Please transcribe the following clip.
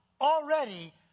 already